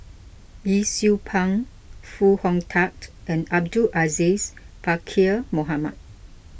Yee Siew Pun Foo Hong Tatt and Abdul Aziz Pakkeer Mohamed